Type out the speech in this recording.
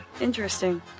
interesting